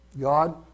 God